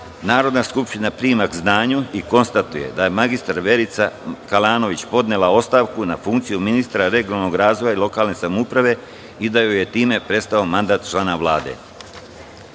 Narodna skupština prima k znanju i konstatuje da je mr Verica Kalanović podnela ostavku na funkciju ministra regionalnog razvoja i lokalne samouprave i da joj je time prestao mandat člana